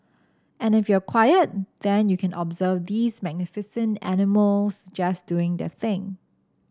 and if you're quiet then you can observe these magnificent animals just doing their thing